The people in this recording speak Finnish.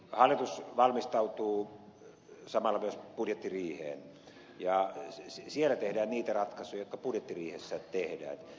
hallitus valmistautuu samalla myös budjettiriiheen ja siellä tehdään niitä ratkaisuja joita budjettiriihessä tehdään